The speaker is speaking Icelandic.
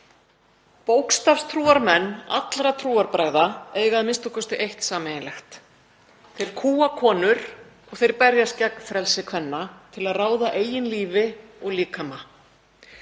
Bókstafstrúarmenn allra trúarbragða eiga a.m.k. eitt sameiginlegt: Þeir kúga konur og berjast gegn frelsi kvenna til að ráða eigin lífi og líkama.